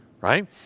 right